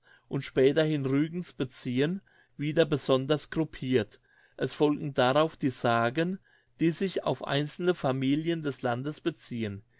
und späterhin rügens beziehen wieder besonders gruppirt es folgen darauf die sagen die sich auf einzelne familien des landes beziehen